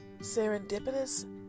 serendipitous